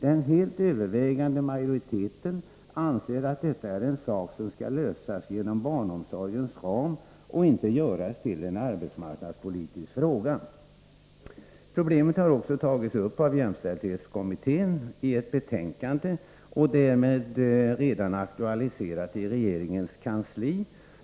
Den helt övervägande majoriteten anser att detta är en sak som skall lösas inom barnomsorgens ram och inte göras till en arbetsmarknadspolitisk fråga. Problemet har också tagits upp av jämställdhetskommittén i ett av dess betänkanden, och det är därmed redan aktualiserat i regeringens kansli.